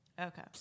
Okay